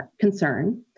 concern